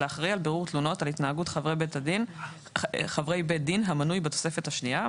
לאחראי על בירור תלונות על התנהגות חברי בית דין המנוי בתוספת השנייה,